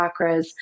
chakras